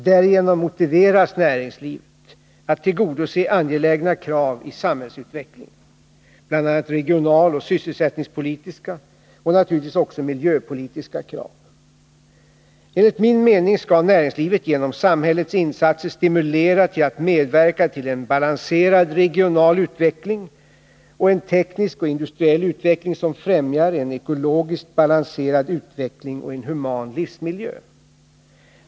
Därigenom motiveras näringslivet att tillgodose angelägna krav i samhällsutvecklingen, bl.a. regionaloch sysselsättningspolitiska samt naturligtvis också miljöpolitiska krav. Enligt min mening skall näringslivet genom samhällets insatser stimulera till att medverka till en balanserad regional utveckling samt en teknisk och industriell utveckling som främjar en ekologiskt balanserad utveckling och en human livsmiljö.